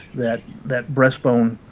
that that breast bone,